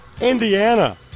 Indiana